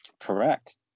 Correct